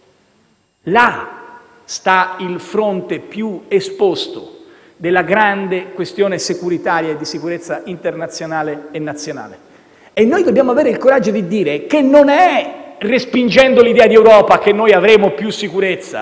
lì sta il fronte più esposto della grande questione di sicurezza internazionale e nazionale. E noi dobbiamo avere il coraggio di dire che non è respingendo l'idea di Europa che noi avremo più sicurezza,